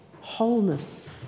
wholeness